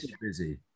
busy